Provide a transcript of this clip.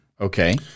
Okay